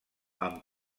amb